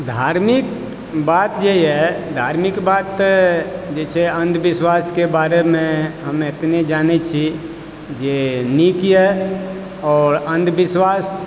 धार्मिक बात जेए धार्मिक बात तऽ जे छै अन्धविश्वासके बारेमे हम एतने जानैत छी जे नीक यऽ आओर अन्धविश्वास